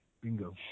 bingo